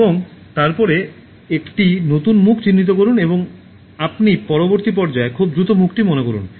এবং তারপরে একটি নতুন মুখ চিহ্নিত করুন এবং আপনি পরবর্তী পর্যায়ে খুব দ্রুত মুখটি মনে করুন